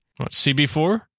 cb4